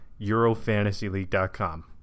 EuroFantasyLeague.com